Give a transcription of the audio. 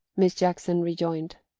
miss jackson rejoined,